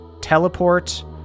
teleport